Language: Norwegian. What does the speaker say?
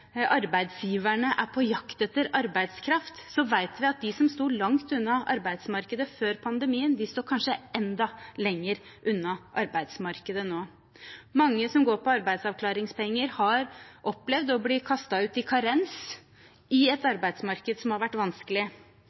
arbeidsgiverne er på jakt etter arbeidskraft, vet vi at de som sto langt unna arbeidsmarkedet før pandemien, står kanskje enda lenger unna arbeidsmarkedet nå. Mange som går på arbeidsavklaringspenger, har opplevd å bli kastet ut i karens i et arbeidsmarked som har vært vanskelig.